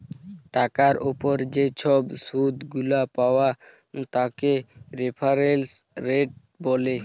টাকার উপর যে ছব শুধ গুলা পায় তাকে রেফারেন্স রেট ব্যলে